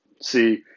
see